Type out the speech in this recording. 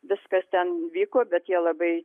viskas ten vyko bet jie labai